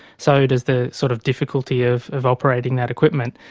so does the sort of difficulty of of operating that equipment.